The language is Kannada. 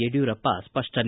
ಯಡಿಯೂರಪ್ಪ ಸ್ಪಷನೆ